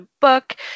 book